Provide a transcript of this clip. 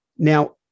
Now